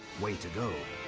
way to gol'.